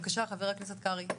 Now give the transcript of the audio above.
בבקשה, חבר הכנסת קרעי.